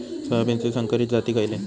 सोयाबीनचे संकरित जाती खयले?